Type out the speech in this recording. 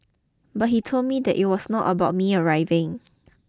but he told me that it was not about me arriving